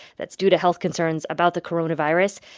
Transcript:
that's due to health concerns about the coronavirus.